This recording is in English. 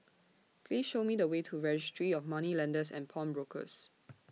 Please Show Me The Way to Registry of Moneylenders and Pawnbrokers